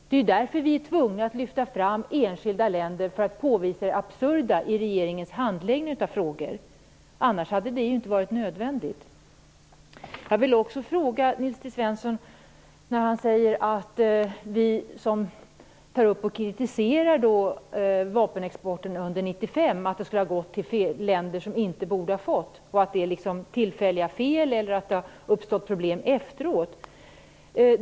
Det är därför vi är tvungna att lyfta fram enskilda länder, för att påvisa det absurda i regeringens handläggning av frågor - annars hade det inte varit nödvändigt. Nils T Svensson säger apropå att vi tar upp och kritiserar vapenexporten under 1995 därför att vapenexport har skett till länder som inte borde ha fått någon sådan, att det rör sig om tillfälliga fel eller att det har uppstått problem efteråt.